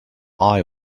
eye